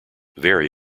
very